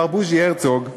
מר בוז'י הרצוג.